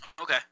Okay